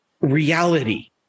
reality